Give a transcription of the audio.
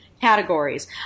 categories